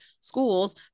schools